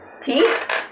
Teeth